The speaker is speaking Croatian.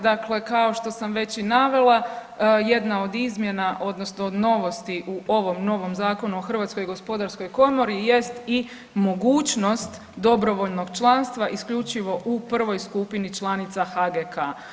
Dakle, kao što sam već i navela, jedna od izmjena odnosno od novosti u ovom novom Zakonu o HGK-u jest i mogućnost dobrovoljnog članstva isključivo u prvoj skupini članica HGK.